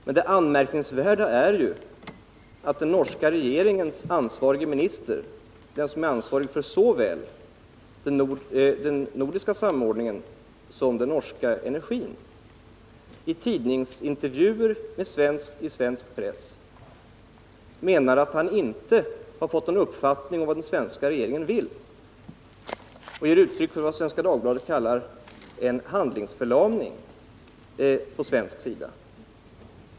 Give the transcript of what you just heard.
Men det anmärkningsvärda är att den norske minister som är ansvarig för såväl den nordiska samordningen som den norska energifrågan i tidningsintervjuer i svensk press menar att han inte fått någon uppfattning om vad den svenska regeringen vill, utan att det råder vad Svenska Dagbladet kallar ”en handlingsförlamning” på svensk sida.